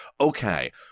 okay